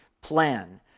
plan